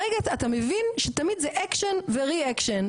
ברגע שאתה מבין שתמיד זה אקשן וריאקשן,